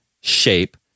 shape